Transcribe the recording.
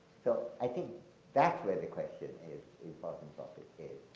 so, i think that's where the question is importance of the case,